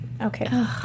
Okay